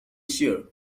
sure